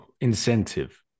incentive